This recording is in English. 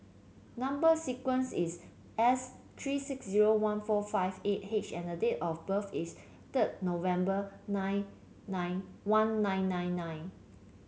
number sequence is S three six zero one four five eight H and date of birth is third November nine nine one nine nine nine